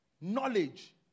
Knowledge